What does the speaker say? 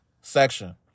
section